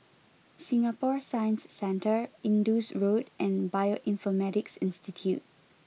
Singapore Science Centre Indus Road and Bioinformatics Institute